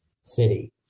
city